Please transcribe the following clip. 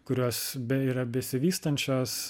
kurios beje yra besivystančios